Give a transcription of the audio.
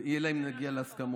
אלא אם כן נגיע להסכמות.